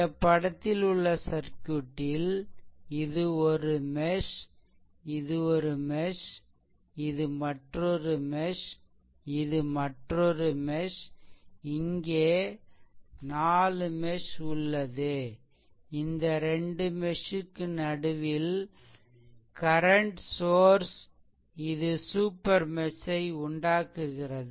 இந்த படத்தில் உள்ள சர்க்யூட்டில் இது ஒரு மெஷ் இது ஒரு மெஷ் இது மற்றொரு மெஷ் இது மற்றொரு மெஷ் இங்கே 4 மெஷ் உள்ளது இந்த 2 மெஷ் க்கு நடுவில் கரண்ட் சோர்ஸ் இது சூப்பர் மெஷ் ஐ உண்டாக்குகிறது